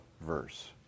verse